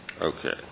okay